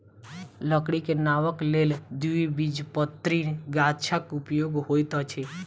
लकड़ी के नावक लेल द्विबीजपत्री गाछक उपयोग होइत अछि